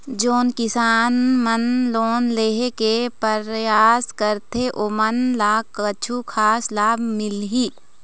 जोन किसान मन लोन लेहे के परयास करथें ओमन ला कछु खास लाभ मिलही?